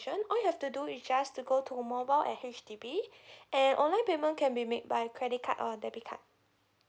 all you have to do you just to go to mobile at H_D_B and online payment can be made by credit card or debit card